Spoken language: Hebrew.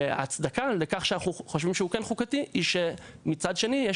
וההצדקה לכך שאנחנו חושבים שהוא כן חוקתי היא שמצד שני יש